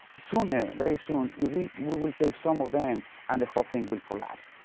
sooner, very soon, ah, we, we will take some of them and the whole thing will collapse.